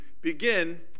begin